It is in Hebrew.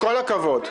עם כל הכבוד שלך.